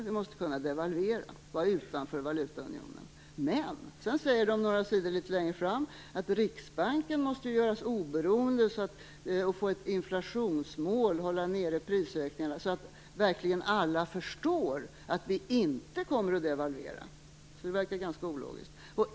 Vi måste alltså stå utanför valutaunionen för att kunna devalvera. Men några sidor längre fram säger man att Riksbanken måste göras oberoende och få ett inflationsmål, dvs. hålla nere prisökningarna, så att alla verkligen förstår att vi inte kommer att devalvera. Det verkar ganska ologiskt.